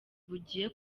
bugiye